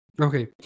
Okay